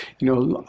you know,